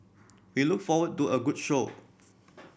we look forward to a good show